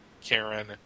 Karen